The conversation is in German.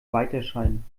weiterscheinen